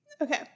Okay